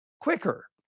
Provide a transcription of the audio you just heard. quicker